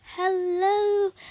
Hello